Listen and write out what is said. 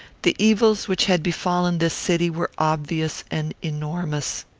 the evils which had befallen this city were obvious and enormous.